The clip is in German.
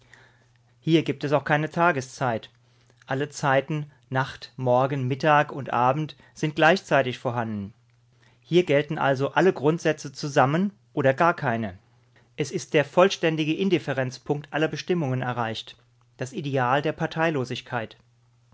hier gibt es auch keine tageszeit alle zeiten nacht morgen mittag und abend sind gleichzeitig vorhanden hier gelten also auch alle grundsätze zusammen oder gar keine es ist der vollständige indifferenzpunkt aller bestimmungen erreicht das ideal der parteilosigkeit